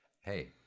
hey